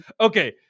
Okay